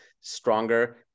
stronger